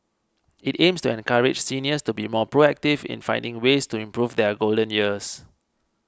it aims to encourage seniors to be more proactive in finding ways to improve their golden years